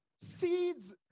Seeds